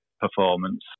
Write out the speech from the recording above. performance